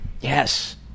Yes